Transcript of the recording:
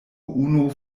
unu